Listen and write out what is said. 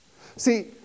See